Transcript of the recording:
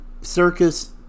circus